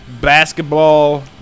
basketball